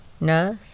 nurse